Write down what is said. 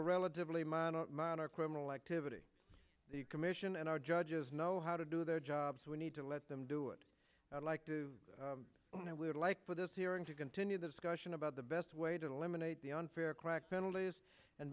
a relatively minor minor criminal activity the commission and our judges know how to do their job so we need to let them do it i'd like to live like for this hearing to continue the discussion about the best way to eliminate the unfair crack penalties and